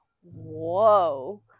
whoa